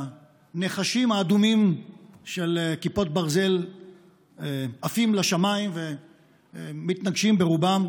והנחשים האדומים של כיפות ברזל עפים לשמיים ומתנגשים ברובן,